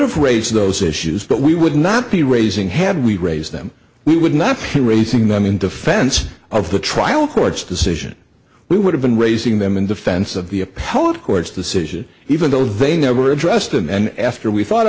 have raised those issues but we would not be raising had we raised them we would not be raising them in defense of the trial court's decision we would have been raising them in defense of the appellate court's decision even though they never addressed and after we thought